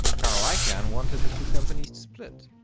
carl icahn wanted the two companies to split.